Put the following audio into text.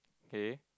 okay